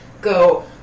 go